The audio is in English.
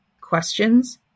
questions